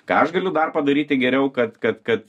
ką aš galiu dar padaryti geriau kad kad kad